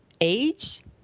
age